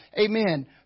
Amen